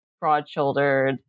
broad-shouldered